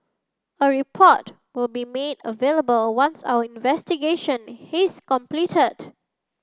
a report will be made available once our investigation his completed